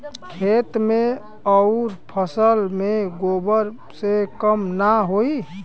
खेत मे अउर फसल मे गोबर से कम ना होई?